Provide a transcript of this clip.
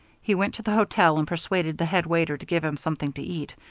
he went to the hotel and persuaded the head waiter to give him something to eat,